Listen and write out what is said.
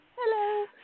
Hello